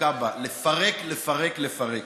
עסוקה בו, לפרק, לפרק, לפרק.